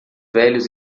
velhos